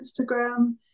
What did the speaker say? Instagram